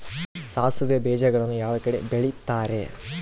ಸಾಸಿವೆ ಬೇಜಗಳನ್ನ ಯಾವ ಕಡೆ ಬೆಳಿತಾರೆ?